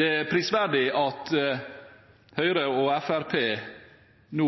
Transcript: det er prisverdig at Høyre og Fremskrittspartiet nå